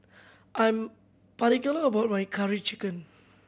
I'm particular about my Curry Chicken